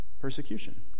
persecution